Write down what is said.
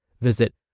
Visit